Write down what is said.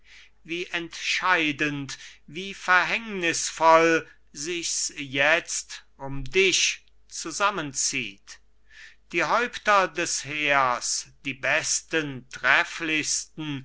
wie entscheidend wie verhängnisvoll sichs jetzt um dich zusammenzieht die häupter des heers die besten trefflichsten